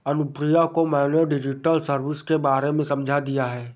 अनुप्रिया को मैंने digital service के बारे में समझा दिया है